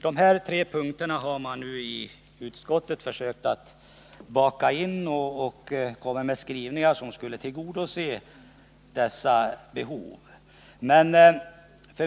Dessa tre punkter har man i utskottet försökt baka in i skrivningar som skulle tillgodose behoven.